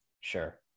Sure